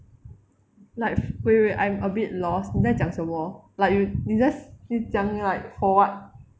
like wait wait I'm a bit lost 你在讲什么 like you 你 just 你讲 like for what